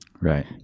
right